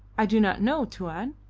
i do not know, tuan.